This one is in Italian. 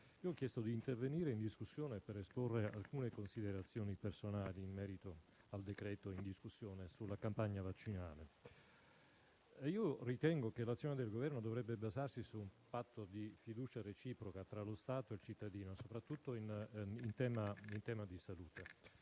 ho chiesto di intervenire in discussione per esporre alcune considerazioni personali in merito al decreto-legge in discussione e sulla campagna vaccinale. Ritengo che l'azione del Governo dovrebbe basarsi su un patto di fiducia reciproca tra lo Stato e il cittadino, soprattutto in tema di salute.